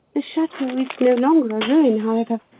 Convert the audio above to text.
the chateau is no longer a ruin, however.